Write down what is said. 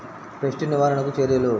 Pest నివారణకు చర్యలు?